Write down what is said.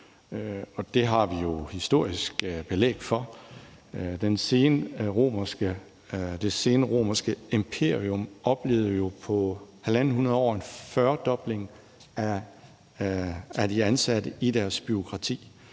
Det har vi jo historisk belæg for. Det senromerske imperium oplevede jo på 150 år en 40-dobling af antallet af ansatte i deres bureaukrati.